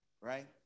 right